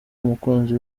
umukunzi